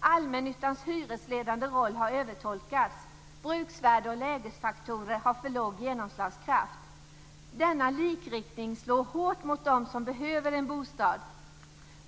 Allmännyttans hyresledande roll har övertolkats. Bruksvärde och lägesfaktorer har för låg genomslagskraft. Denna likriktning slår hårt mot dem som behöver en bostad.